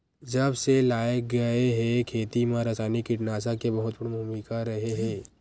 जब से लाए गए हे, खेती मा रासायनिक कीटनाशक के बहुत महत्वपूर्ण भूमिका रहे हे